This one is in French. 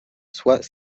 soit